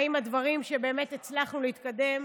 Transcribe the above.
והאם הדברים שבאמת הצלחנו להתקדם